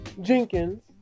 Jenkins